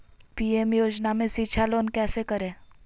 PM योजना में शिक्षा लोन कैसे करें?